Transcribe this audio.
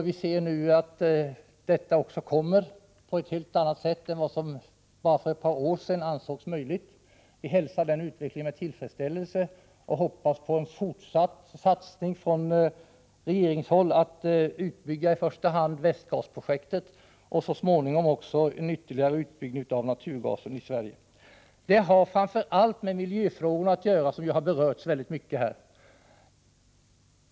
Vi ser nu att denna också kommer i en helt annan omfattning än man för bara några år sedan ansåg vara möjligt. Vi hälsar denna utveckling med tillfredsställelse och hoppas på en fortsatt satsning från regeringshåll i första hand när det gäller en utbyggnad av Västgasprojektet. Så småningom ser vi också att en ytterligare utbyggnad av naturgasen kommer till stånd. En sådan satsning har framför allt med miljöfrågorna att göra, något som har berörts väldigt mycket här.